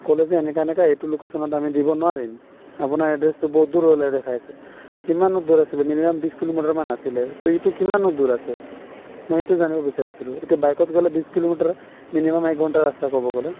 কলে যে এনেকা এনেকা এইটো লোকেশচনত আমি দিব নোৱাৰিম আপোনাৰ এড্ৰেছটো বহুত দূৰলে দেখাইছে কিমানত দূৰ আছিলে মিনিমাম বিছ কিলোমিটাৰমান আছিলে তো এইটো কিমানত দূৰ আছে মই সেইটো জানিব বিচাৰিছিলোঁ এয়া বাইকত গ'লে বিছ কিলোমিটাৰ মিনিমাম এক ঘণ্টা ৰাস্তা ক'ব গ'লে